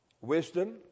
wisdom